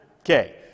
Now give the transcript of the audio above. Okay